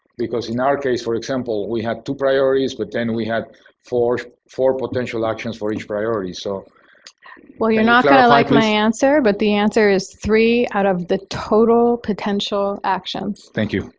because in our case, for example, we have two priorities but then, we have four four potential actions for each priority. so well, you're not going to like my answer, but the answer is three out of the total potential actions. thank you.